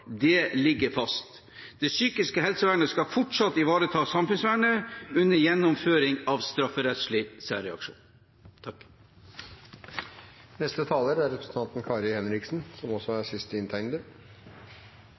Det ligger fast. Det psykiske helsevernet skal fortsatt ivareta samfunnsvernet under gjennomføring av strafferettslig særreaksjon. Takk